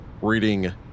Reading